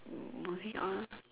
moving on